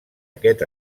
aquest